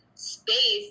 space